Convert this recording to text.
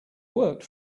worked